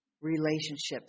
relationships